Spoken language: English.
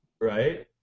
right